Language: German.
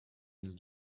ihnen